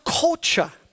culture